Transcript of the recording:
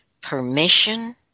permission